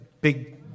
big